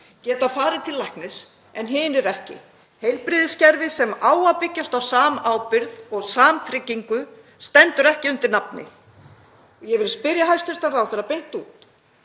geta farið til læknis en hinir ekki, heilbrigðiskerfi sem á að byggjast á samábyrgð og samtryggingu stendur ekki undir nafni. Ég vil spyrja hæstv. ráðherra beint út: